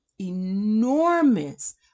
enormous